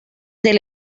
del